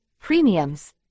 premiums